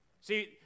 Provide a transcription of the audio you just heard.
See